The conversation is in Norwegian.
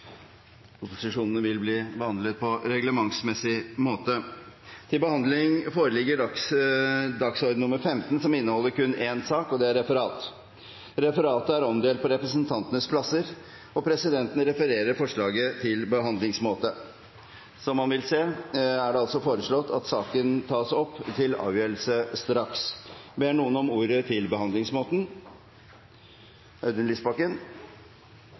og vil ta sete. Referatet er omdelt på representantenes plasser, og presidenten refererer forslaget til behandlingsmåte. Det foreslås – som man vil se – at saken tas opp til avgjørelse straks. Ber noen om ordet til behandlingsmåten? – Audun Lysbakken